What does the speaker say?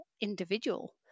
individual